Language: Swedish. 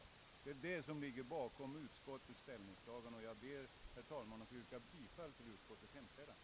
Det är detta som ligger bakom utskottets ställningstagande. Jag ber, herr talman, att få yrka bifall till utskottets hemställan.